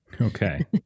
Okay